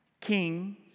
king